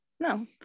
No